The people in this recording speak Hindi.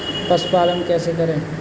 पशुपालन कैसे करें?